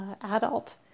adult